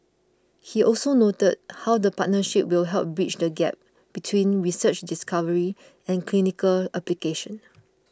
he also noted how the partnership will help bridge the gap between research discovery and clinical application